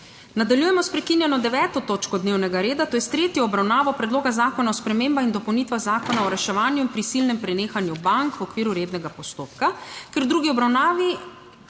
Nadaljujemo s prekinjeno 9. točko dnevnega reda, to je s tretjo obravnavo Predloga zakona o spremembah in dopolnitvah Zakona o reševanju in prisilnem prenehanju bank v okviru rednega postopka. Ker v drugi obravnavi